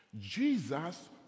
Jesus